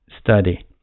study